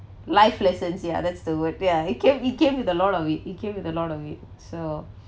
life lessons ya that's the word ya it came it came with a lot of it it came with a lot of it so